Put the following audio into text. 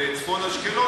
בצפון אשקלון,